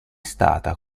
stata